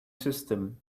system